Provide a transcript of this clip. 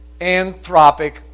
anthropic